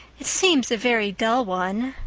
it seems a very dull one,